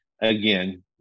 again